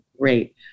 great